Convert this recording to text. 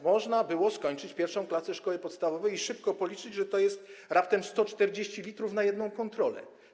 Można było skończyć I klasę szkoły podstawowej i szybko policzyć, że to jest raptem 140 l na jedną kontrolę.